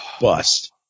bust